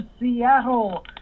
Seattle